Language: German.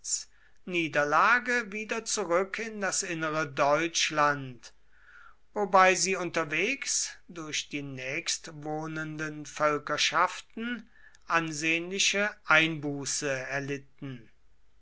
niederlage wieder zurück in das innere deutschland wobei sie unterwegs durch die nächstwohnenden völkerschaften ansehnliche einbuße erlitten